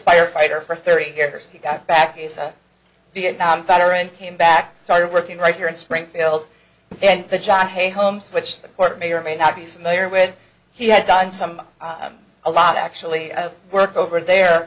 firefighter for thirty years he got back is a vietnam veteran came back started working right here in springfield and the job hey holmes which the court may or may not be familiar with he had done some a lot actually work over there